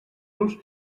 los